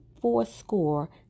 fourscore